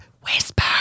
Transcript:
whisper